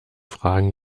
fragen